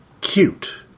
cute